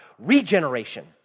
Regeneration